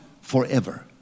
forever